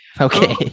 Okay